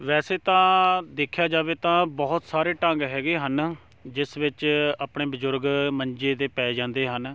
ਵੈਸੇ ਤਾਂ ਦੇਖਿਆ ਜਾਵੇ ਤਾਂ ਬਹੁਤ ਸਾਰੇ ਢੰਗ ਹੈਗੇ ਹਨ ਜਿਸ ਵਿੱਚ ਆਪਣੇ ਬਜ਼ੁਰਗ ਮੰਜੇ 'ਤੇ ਪੈ ਜਾਂਦੇ ਹਨ